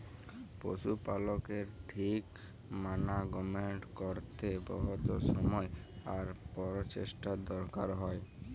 পশু পালকের ঠিক মানাগমেন্ট ক্যরতে বহুত সময় আর পরচেষ্টার দরকার হ্যয়